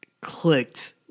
clicked